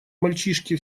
мальчишки